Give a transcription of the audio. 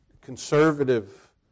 conservative